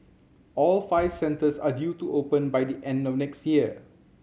all five centres are due to open by the end of next year